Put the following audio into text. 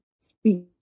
speak